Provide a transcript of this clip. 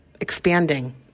expanding